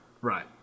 right